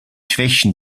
schwächen